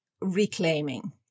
reclaiming